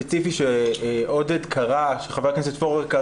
כפי שקרא אותן חבר הכנסת פורר,